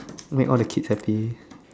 make all the kids happy